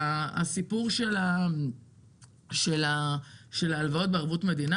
הסיפור של הלוואות בערבות מדינה